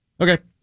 Okay